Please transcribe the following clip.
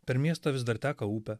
per miestą vis dar teka upė